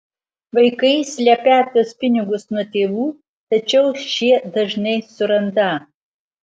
vaikai slepią tuos pinigus nuo tėvų tačiau šie dažnai surandą